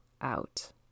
out